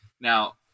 Now